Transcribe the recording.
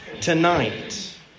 tonight